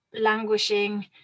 languishing